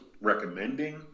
recommending